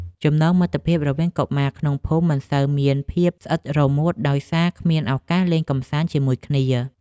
ចំណងមិត្តភាពរវាងកុមារក្នុងភូមិមិនសូវមានភាពស្អិតរមួតដោយសារគ្មានឱកាសលេងកម្សាន្តជាមួយគ្នា។